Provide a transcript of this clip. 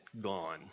gone